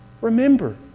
remember